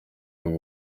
ari